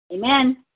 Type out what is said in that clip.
Amen